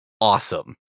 awesome